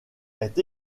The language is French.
est